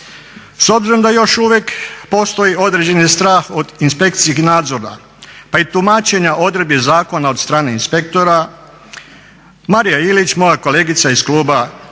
S obzirom da još uvijek postoji određeni strah od inspekcijskog nadzora pa i tumačenja odredbi zakona od strane inspektora, Marija Ilić, moja kolegica iz kluba HSU-a